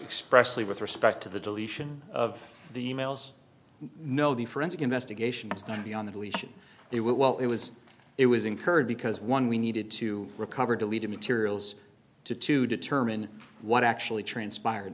express lead with respect to the deletion of the e mails no the forensic investigation is going to be on the deletion it well it was it was incurred because one we needed to recover deleted materials to to determine what actually transpired